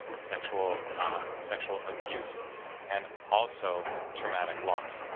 sexual sexual abuse and also traumatic loss,